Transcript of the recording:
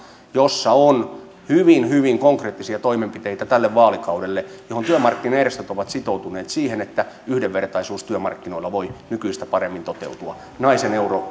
jossa on hyvin hyvin konkreettisia toimenpiteitä tälle vaalikaudelle ja jossa työmarkkinajärjestöt ovat sitoutuneet siihen että yhdenvertaisuus työmarkkinoilla voi nykyistä paremmin toteutua naisen euro